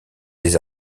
des